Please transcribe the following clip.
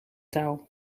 touw